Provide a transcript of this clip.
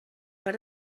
per